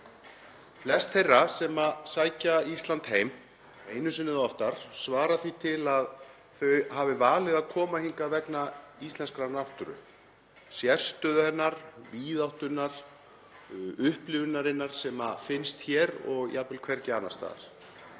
Flest þeirra sem sækja Ísland heim, einu sinni eða oftar, svara því til að þau hafi valið að koma hingað vegna íslenskrar náttúru, sérstöðu hennar, víðáttunnar, upplifunarinnar sem finnst hér og jafnvel hvergi annars staðar.